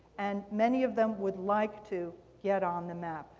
and many of them would like to get on the map.